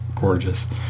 gorgeous